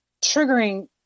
triggering